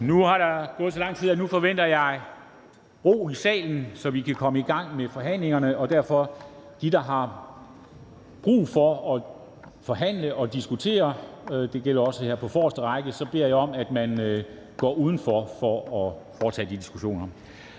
Nu er der gået så lang tid, at jeg forventer ro i salen, så vi kan komme i gang med forhandlingerne. Så de, der har brug for at diskutere – og det gælder også her på forreste række – beder jeg om at gå udenfor for at foretage de diskussioner.